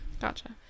Gotcha